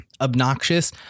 obnoxious